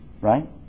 right